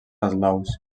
eslaus